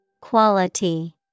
Quality